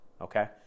okay